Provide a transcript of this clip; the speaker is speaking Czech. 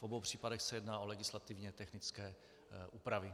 V obou případech se jedná o legislativně technické úpravy.